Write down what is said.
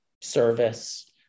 service